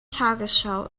tagesschau